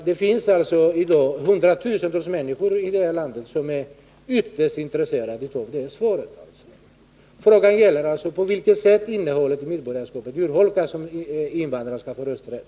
Det finns i dag hundratusentals människor i det här landet som är ytterst intresserade av att få svar på frågan: På vilket sätt urholkas innehållet i medborgarskapet, om invandrarna får rösträtt?